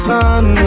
Son